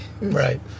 right